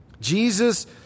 Jesus